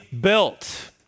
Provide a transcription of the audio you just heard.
built